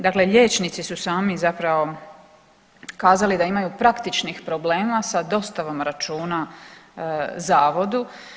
Dakle, liječnici su sami zapravo kazali da imaju praktičnih problema sa dostavom računa zavodu.